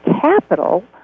capital